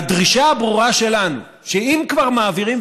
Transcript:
והדרישה הברורה שלנו היא שאם כבר מעבירים,